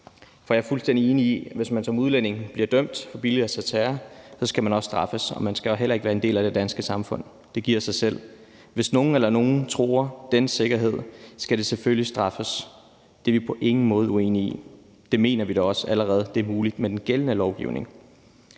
Jeg er fuldstændig enig i, at man, hvis man som udlænding bliver dømt for billigelse af terror, også skal straffes, og man skal heller ikke være en del af det danske samfund. Det giver sig selv. Hvis nogen truer nogens sikkerhed, skal det selvfølgelig straffes. Det er vi på ingen måde uenige i. Det mener vi også allerede med den gældende lovgivning